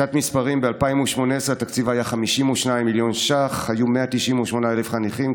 קצת מספרים: ב-2018 התקציב היה 52 מיליון ש"ח והיו 198,000 חניכים,